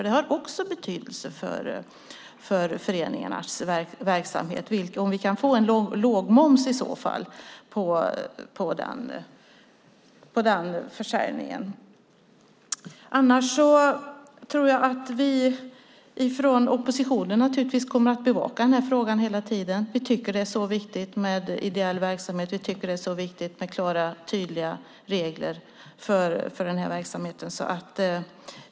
Det har ju också betydelse för föreningarnas verksamhet om vi kan få en låg moms på försäljningen. Vi i oppositionen kommer naturligtvis att hela tiden bevaka frågan. Vi tycker att det är så viktigt med ideell verksamhet och med klara och tydliga regler för den verksamheten.